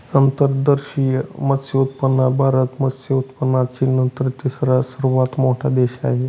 अंतर्देशीय मत्स्योत्पादनात भारत मत्स्य उत्पादनात चीननंतर तिसरा सर्वात मोठा देश आहे